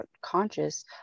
conscious